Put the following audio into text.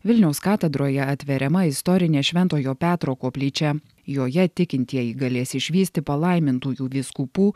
vilniaus katedroje atveriama istorinė šventojo petro koplyčia joje tikintieji galės išvysti palaimintųjų vyskupų